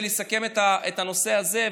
לסכם את הנושא הזה,